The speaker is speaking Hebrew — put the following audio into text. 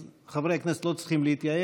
אז חברי הכנסת לא צריכים להתייאש,